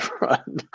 run